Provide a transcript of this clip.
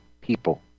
people